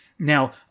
Now